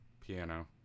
piano